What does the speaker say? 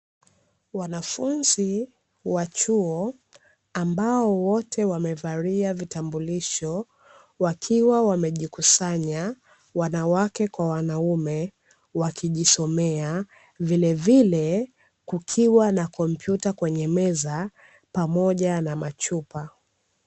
Wanafunzi wa chuo ambao wote wamevalia vitambulisho, wanawake kwa wanaume waliosomea vilevile kukiwa na kompyuta kwenye meza pamoja na machupa.